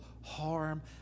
harm